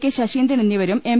K Saseendran എന്നിവരും M